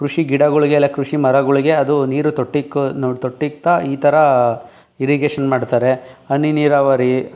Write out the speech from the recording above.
ಕೃಷಿ ಗಿಡಗಳ್ಗೆ ಇಲ್ಲ ಕೃಷಿ ಮರಗಳ್ಗೆ ಅದು ನೀರು ತೊಟ್ಟಿಕ್ಕು ತೊಟ್ಟಿಕ್ತಾ ಈ ಥರ ಇರಿಗೇಷನ್ ಮಾಡ್ತಾರೆ ಹನಿ ನೀರಾವರಿ